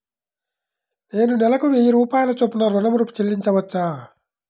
నేను నెలకు వెయ్యి రూపాయల చొప్పున ఋణం ను చెల్లించవచ్చా?